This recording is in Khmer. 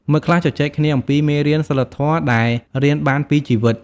មិត្តខ្លះជជែកគ្នាអំពីមេរៀនសីលធម៌ដែលរៀនបានពីជីវិត។